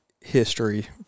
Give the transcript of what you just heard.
history